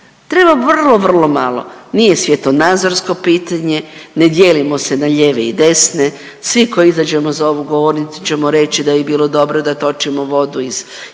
Treba vrlo, vrlo malo, nije svjetonazorsko pitanje, ne dijelimo se na lijeve i desne, svi koji izađemo za ovu govornicu ćemo reći da bi bilo dobro da točimo vodu iz,